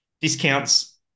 Discounts